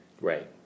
Right